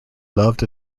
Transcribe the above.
loved